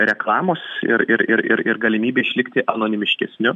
reklamos ir ir ir ir galimybė išlikti anonimiškesniu